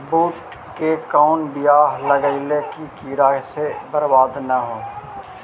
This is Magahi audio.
बुंट के कौन बियाह लगइयै कि कीड़ा से बरबाद न हो?